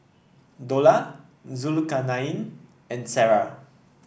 Dollah Zulkarnain and Sarah